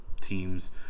teams